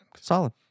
Solid